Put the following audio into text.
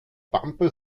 pampe